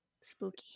spooky